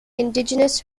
indigenous